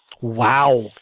Wow